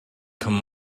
come